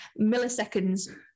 milliseconds